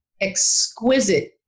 exquisite